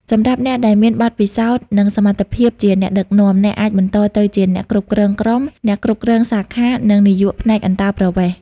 សម្រាប់អ្នកដែលមានបទពិសោធន៍ និងសមត្ថភាពភាពជាអ្នកដឹកនាំ អ្នកអាចបន្តទៅជា អ្នកគ្រប់គ្រងក្រុម អ្នកគ្រប់គ្រងសាខា និងនាយកផ្នែកអន្តោប្រវេសន៍។